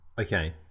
Okay